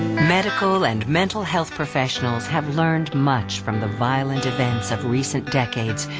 medical and mental health professionals have learned much from the violent events of recent decades,